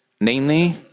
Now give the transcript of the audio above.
Namely